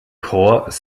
korps